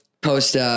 post